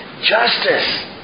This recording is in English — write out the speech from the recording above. Justice